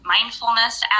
mindfulness